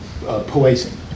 poison